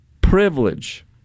privilege